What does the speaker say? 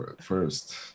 first